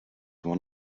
one